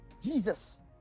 Jesus